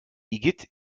igitt